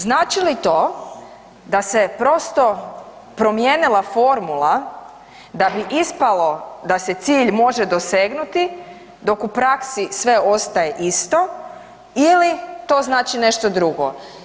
Znači li to da se prosto promijenila formula da bi ispalo da se cilj može dosegnuti dok u praksi sve ostaje isto ili to znači nešto drugo?